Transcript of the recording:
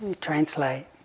translate